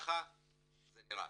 כך זה נראה.